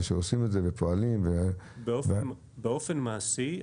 באופן מעשי,